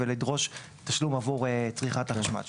ולדרוש תשלום עבור צריכת החשמל שלי.